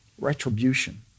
retribution